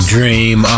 Dream